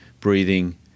breathing